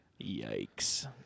Yikes